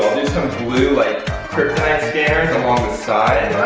blue like kryptonite scanners along the side.